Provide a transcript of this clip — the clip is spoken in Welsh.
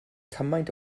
cymaint